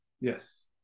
Yes